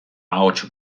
ahots